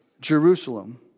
Jerusalem